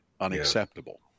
unacceptable